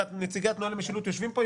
ונציגי התנועה למשילות יושבים פה,